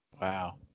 Wow